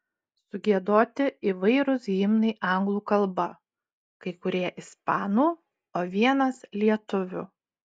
sugiedoti įvairūs himnai anglų kalba kai kurie ispanų o vienas lietuvių